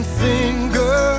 finger